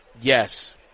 Yes